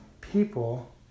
people